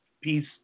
piece